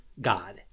God